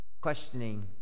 questioning